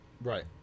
Right